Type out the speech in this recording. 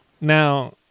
Now